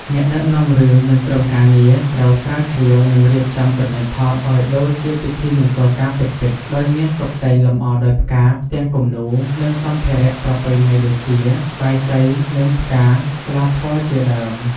អ្នកដឹកនាំរឿង និងក្រុមការងារត្រូវស្រាវជ្រាវ និងរៀបចំកន្លែងថតឲ្យដូចជាពិធីមង្គលការពិតៗ ដោយមានតុបតែងលំអដោយផ្កា ផ្ទាំងគំនូរ និងសម្ភារៈប្រពៃណីដូចជា បាយសី និង ផ្កា ស្លាធម៌ ជាដើម។